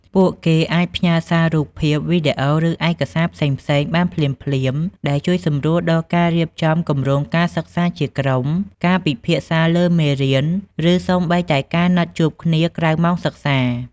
ពួកគេអាចផ្ញើសារ រូបភាព វីដេអូ ឬឯកសារផ្សេងៗបានភ្លាមៗ ដែលជួយសម្រួលដល់ការរៀបចំគម្រោងការសិក្សាជាក្រុម ការពិភាក្សាលើមេរៀន ឬសូម្បីតែការណាត់ជួបគ្នាក្រៅម៉ោងសិក្សា។